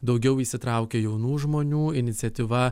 daugiau įsitraukia jaunų žmoniųiniciatyva